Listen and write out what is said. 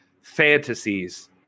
fantasies